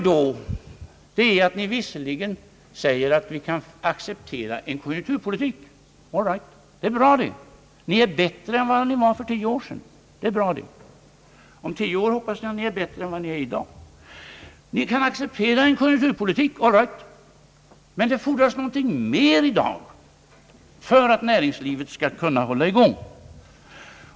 Då säger ni visserligen att ni kan acceptera en konjunkturpolitik. All right, det är bra ni är i det avseendet bättre än ni var för tio år sedan; och jag hoppas att ni om tio år också skall vara bättre än ni är i dag. Ni kan acceptera en konjunkturpolitik, all right — men det fordras någonting mer i dag för att näringslivet skall kunna hålla i gång.